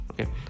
Okay